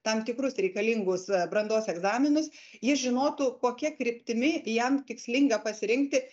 tam tikrus reikalingus brandos egzaminus jis žinotų kokia kryptimi jam tikslinga pasirinkti